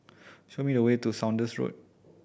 show me the way to Saunders Road